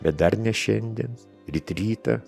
bet dar ne šiandien ryt rytą